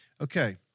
Okay